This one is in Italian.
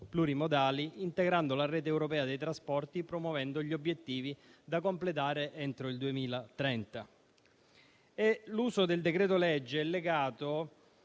plurimodali, integrando la rete europea dei trasporti e promuovendo gli obiettivi da completare entro il 2030. L'uso del decreto-legge è legato